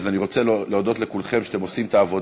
אז אני רוצה להודות לכולכם על כך שאתם עושים את העבודה,